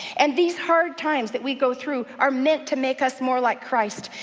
and these hard times that we go through are meant to make us more like christ,